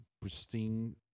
pristine